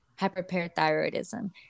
hyperparathyroidism